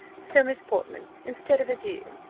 so, miss portman, instead of adieu,